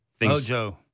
mojo